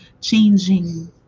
changing